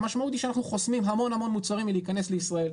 המשמעות היא שאנחנו חוסמים המון המון מוצרים מלהיכנס לישראל.